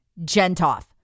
Gentoff